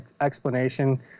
explanation